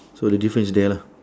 so the difference is there lah